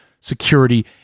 security